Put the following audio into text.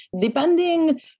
depending